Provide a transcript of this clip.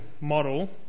model